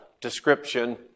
description